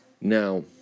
Now